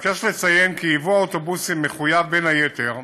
אבקש לציין כי ייבוא האוטובוסים מחויב, בין היתר,